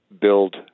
build